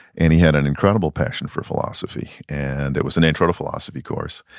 and he had an incredible passion for philosophy. and it was an intro to philosophy course.